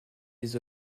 des